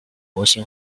模型